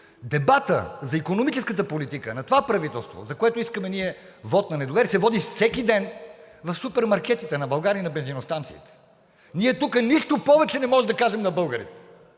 Дебатът за икономическата политика на това правителство, за което ние искаме вот на недоверие, се води всеки ден в супермаркетите на България и на бензиностанциите. Ние тук нищо повече не можем да кажем на българите.